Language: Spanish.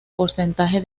porcentaje